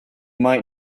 might